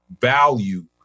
value